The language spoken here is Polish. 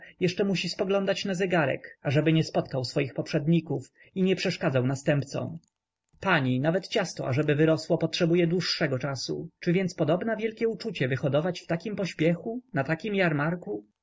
jeszcze musi spoglądać na zegarek ażeby nie spotkał swoich poprzedników i nie przeszkadzał następcom pani nawet ciasto ażeby wyrosło potrzebuje dłuższego czasu czy więc podobna wielkie uczucie wyhodować w takim pośpiechu na takim jarmarku